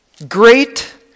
Great